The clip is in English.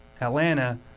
Atlanta